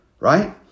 right